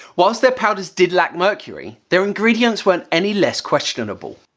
whilst their powders did lack mercury, their ingredients weren't any less questionable.